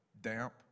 Damp